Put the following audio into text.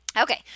Okay